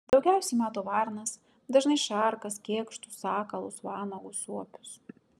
daugiausiai mato varnas dažnai šarkas kėkštus sakalus vanagus suopius